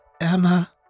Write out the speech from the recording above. Emma